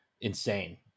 insane